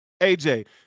AJ